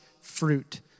fruit